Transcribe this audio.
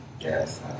Yes